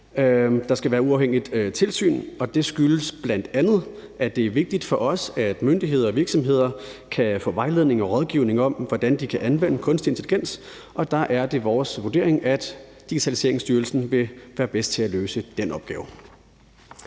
der skal være et uafhængigt tilsyn. Det skyldes bl.a., at det er vigtigt for os, at myndigheder og virksomheder kan få vejledning og rådgivning om, hvordan de kan anvende kunstig intelligens, og der er det vores vurdering, at Digitaliseringsstyrelsen vil være bedst til at løse den opgave.